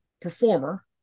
performer